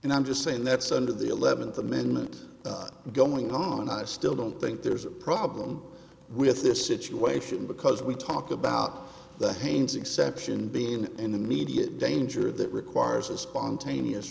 and i'm just saying that's under the eleventh amendment going on i still don't think there's a problem with this situation because we talk about the haynes exception being in the immediate danger that requires a spontaneous